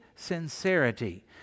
sincerity